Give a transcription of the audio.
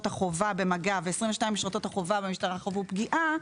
החובה במג"ב ו-22% ממשרתות החובה במשטרה חוו פגיעה,